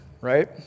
right